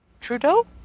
Trudeau